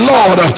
Lord